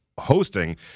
hosting